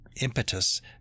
impetus